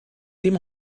dim